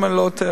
אם אני לא טועה,